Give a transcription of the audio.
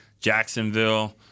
Jacksonville